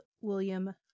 William